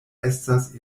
estas